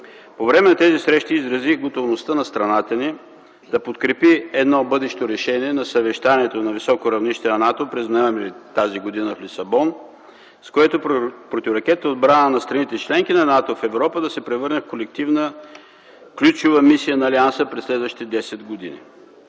По време на тези срещи изразих готовността на страната ни да подкрепи едно бъдещо решение на Съвещанието на високо равнище на НАТО през м. ноември т.г. в Лисабон, с което противоракетната отбрана на страните – членки на НАТО в Европа, да се превърне в колективна ключова мисия на Алианса през следващите десет години.